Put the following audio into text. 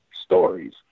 stories